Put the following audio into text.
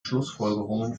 schlussfolgerungen